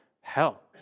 hell